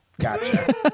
gotcha